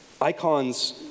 Icons